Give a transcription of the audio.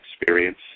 experience